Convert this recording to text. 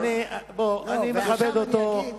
אני מכבד אותו.